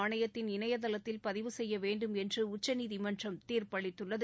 ஆணையத்தின் இணையதளத்தில் பதிவு செய்ய வேண்டும் என்று உச்சநீதிமன்றம் தீர்ப்பு அளித்துள்ளது